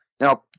now